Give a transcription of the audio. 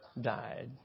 died